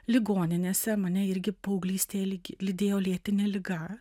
ligoninėse mane irgi paauglystėje lyg lydėjo lėtinė liga